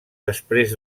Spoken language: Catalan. després